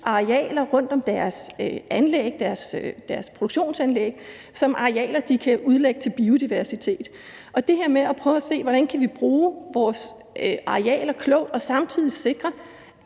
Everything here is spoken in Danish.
arealer rundt om deres produktionsanlæg som arealer, de kan udlægge til biodiversitet. Det her med at prøve at se på, hvordan vi kan bruge vores arealer klogt og samtidig sikre,